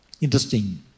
interesting